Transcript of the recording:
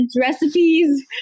recipes